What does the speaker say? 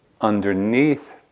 underneath